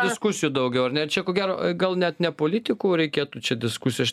diskusijų daugiau ar ne čia ko gero gal net ne politikų reikėtų čia diskusijų